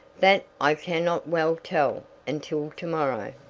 that i can not well tell until to-morrow.